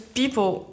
people